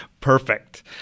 Perfect